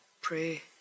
pray